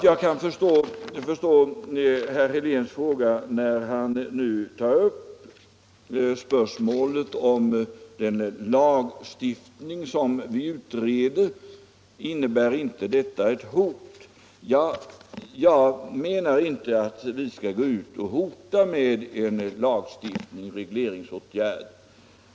Jag kan förstå herr Helén när han beträffande den lagstiftning som vi utreder ställer frågan: Innebär inte detta ett hot? Ja, jag menar inte att vi skall gå ut och hota med en lagstiftning, en regleringsåtgärd.